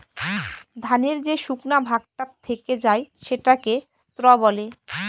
ধানের যে শুকনা ভাগটা থেকে যায় সেটাকে স্ত্র বলে